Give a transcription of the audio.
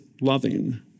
loving